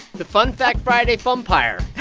the fun fact friday funpire